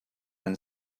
and